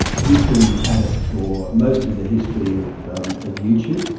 he has been at it for most of the history of um of youtube,